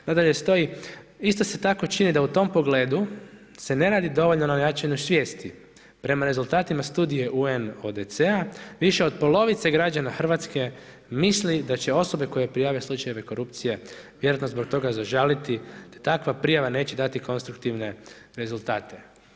Nadalje stoji, ista se tako čini da u tom pogledu se ne radi dovoljno na načinu svijesti prema rezultatima studije UN od … više od polovice građana Hrvatske misli da će osobe koje su prijavile slučajeve korupcije vjerojatno zbog toga zažaliti te takva prijava neće dati konstruktivne rezultate.